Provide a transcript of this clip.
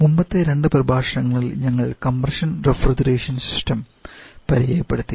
മുമ്പത്തെ രണ്ട് പ്രഭാഷണങ്ങളിൽ ഞങ്ങൾ കംപ്രഷൻ റഫ്രിജറേഷൻ സിസ്റ്റം പരിചയപ്പെടുത്തി